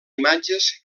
imatges